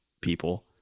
people